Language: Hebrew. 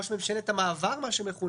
ראש ממשלת המעבר מה שמכונה,